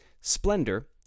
splendor